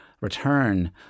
return